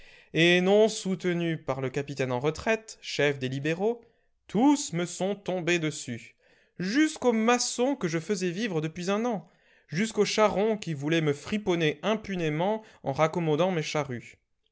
et non soutenu par le capitaine en retraite chef des libéraux tous me sont tombés dessus jusqu'au maçon que je faisais vivre depuis un an jusqu'au charron qui voulait me friponner impunément en raccommodant mes charrues